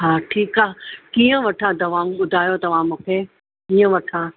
हा ठीकु आहे कीअं वठां दवाऊं ॿुधायो तव्हां मूंखे कीअं वठां